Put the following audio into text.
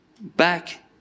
back